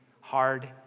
hard